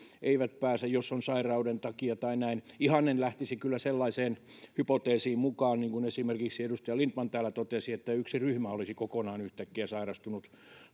eivät pääse sairauden takia tai näin ihan en lähtisi kyllä sellaiseen hypoteesin mukaan niin kuin esimerkiksi edustaja lindtman täällä totesi että yksi ryhmä olisi kokonaan yhtäkkiä sairastunut